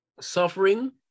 suffering